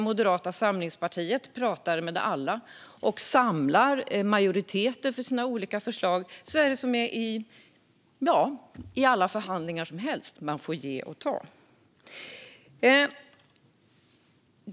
Moderata samlingspartiet pratar med alla och samlar majoriteter för sina olika förslag; då är det som i alla förhandlingar - man får ge och ta.